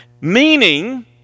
meaning